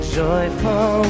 joyful